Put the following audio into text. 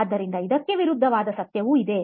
ಆದ್ದರಿಂದ ಇದಕ್ಕೆ ವಿರುದ್ಧವಾದ ಸತ್ಯವೂ ಇದೆ